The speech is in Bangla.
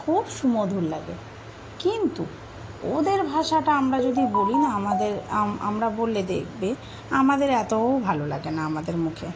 খুব সুমধুর লাগে কিন্তু ওদের ভাষাটা আমরা যদি বলি না আমাদের আমরা বললে দেখবে আমাদের এতও ভালো লাগে না আমাদের মুখে